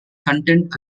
contend